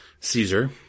Caesar